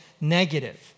negative